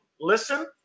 listen